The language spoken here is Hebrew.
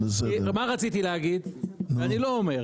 מה רציתי להגיד ואני לא אומר?